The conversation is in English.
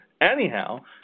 Anyhow